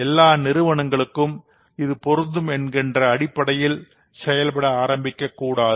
எல்லா நிறுவனங்களுக்கும் இது பொருந்தும் என்கின்ற அடிப்படையில் செயல்பட ஆரம்பிக்கக்கூடாது